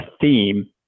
theme